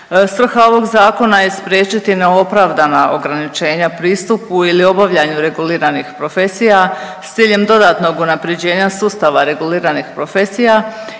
Svrha ovog zakona je spriječiti neopravdana ograničenja pristupu ili obavljanju reguliranih profesija s ciljem dodatnog unapređenja sustava reguliranih profesija